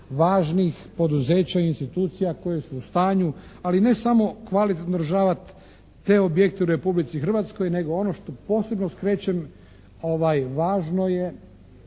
važnih poduzeća, institucija, koje su u stanju ali ne samo kvalitetno održavati te objekte u Republici Hrvatskoj nego ono što posebno skrećem, važno je